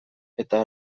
eta